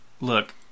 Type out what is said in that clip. Look